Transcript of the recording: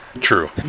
True